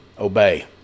Obey